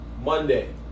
Monday